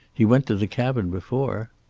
he went to the cabin before.